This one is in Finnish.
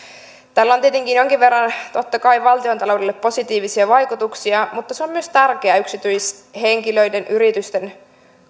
tällä on tietenkin jonkin verran totta kai valtiontaloudelle positiivisia vaikutuksia mutta se on myös tärkeää yksityishenkilöiden ja yritysten